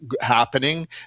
happening